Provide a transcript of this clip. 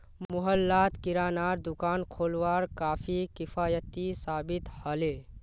मोहल्लात किरानार दुकान खोलवार काफी किफ़ायती साबित ह ले